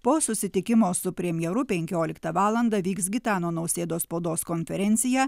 po susitikimo su premjeru penkioliktą valandą vyks gitano nausėdos spaudos konferencija